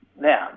Now